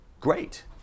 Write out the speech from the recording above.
great